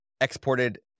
exported